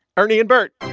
ernie and bert